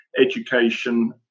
education